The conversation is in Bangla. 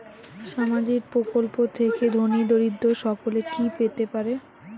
সামাজিক প্রকল্প থেকে ধনী দরিদ্র সকলে কি পেতে পারে?